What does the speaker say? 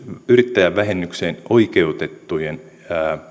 yrittäjävähennykseen oikeutettujen